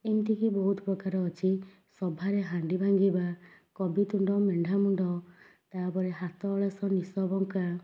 ଏମିତିକି ବହୁତ ପ୍ରକାର ଅଛି ସଭାରେ ହାଣ୍ଡି ଭାଙ୍ଗିବା କବି ତୁଣ୍ଡ ମେଣ୍ଢା ମୁଣ୍ଡ ତା'ପରେ ହାତ ଅଳସ ନିଶ ବଙ୍କା